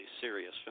serious